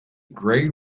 grade